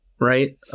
right